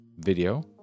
video